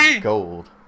gold